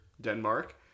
Denmark